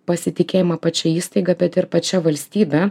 pasitikėjimą pačia įstaiga bet ir pačia valstybe